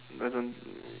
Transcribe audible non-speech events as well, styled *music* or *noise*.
doesn't *noise*